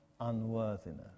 unworthiness